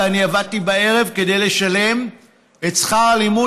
ואני עבדתי בערב כדי לשלם את שכר הלימוד,